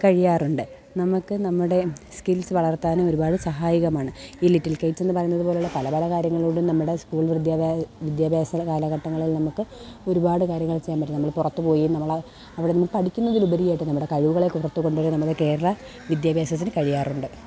കഴിയാറുണ്ട് നമുക്കു നമ്മുടെ സ്കിൽസ് വളർത്താനും ഒരുപാട് സഹായകമാണ് ഈ ലിറ്റിൽ കൈറ്റ്സെന്നു പറയണ പോലെയുള്ള പല പല കാര്യങ്ങളും കൊണ്ടു നമ്മുടെ സ്കൂൾ വിദ്യ വിദ്യാഭ്യാസ കാലഘട്ടങ്ങളിൽ നമുക്ക് ഒരുപാട് കാര്യങ്ങൾ ചെയ്യാൻ പറ്റും നമ്മൾ പുറത്തു പോയും നമ്മൾ അവിടെ നിന്നു പഠിക്കുന്നതിലുപരിയായിട്ട് നമ്മുടെ കഴിവുകളെ പുറത്തു കൊണ്ടു വരുന്നത് കേരളവിദ്യാഭ്യാസത്തിനു കഴിയാറുണ്ട്